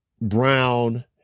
Brown